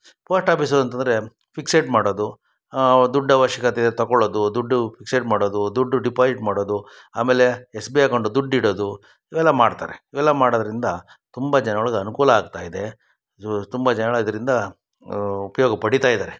post office ಅಂತ ಅಂದರೆ fixed ಮಾಡೋದು ದುಡ್ಡು ಅವಶ್ಯಕತೆ ಇದ್ದರೆ ತಕೊಳ್ಳೋದು ದುಡ್ಡು ಫಿಕ್ಸೆಡ್ ಮಾಡೋದು ದುಡ್ಡು ಡಿಪಾಯಿಟ್ ಮಾಡೋದು ಆಮೇಲೆ ಎಸ್ ಬಿ ಅಕೌಂಟಲ್ಲಿ ದುಡ್ಡು ಇಡೋದು ಇವೆಲ್ಲ ಮಾಡ್ತಾರೆ ಇವೆಲ್ಲ ಮಾಡೋದರಿಂದ ತುಂಬ ಜನಗುಳಗೆ ಅನುಕೂಲ ಆಗ್ತಾ ಇದೆ ತುಂಬ ಜನಗಳು ಇದರಿಂದ ಉಪಯೋಗ ಪಡೀತಾ ಇದ್ದಾರೆ